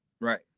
Right